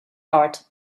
art